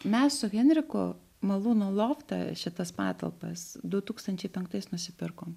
mes su henriku malūno loftą šitas patalpas du tūkstančiai penktais nusipirkom